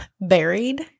buried